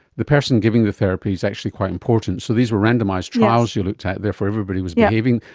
the person giving the therapy is actually quite important. so these were randomised trials you looked at, therefore everybody was behaving,